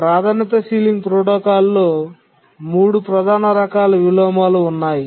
ప్రాధాన్యత సీలింగ్ ప్రోటోకాల్లో 3 ప్రధాన రకాల విలోమాలు ఉన్నాయి